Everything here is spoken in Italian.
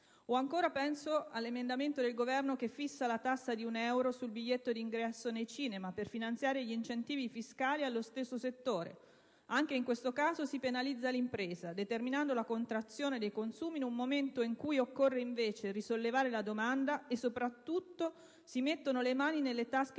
O ancora, penso all'emendamento del Governo che fissa la tassa di un euro sul biglietto di ingresso nei cinema per finanziare gli incentivi fiscali allo stesso settore. Anche in questo caso si penalizza l'impresa determinando la contrazione dei consumi in un momento in cui occorre invece risollevare la domanda e, soprattutto, si mettono le mani nelle tasche